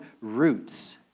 roots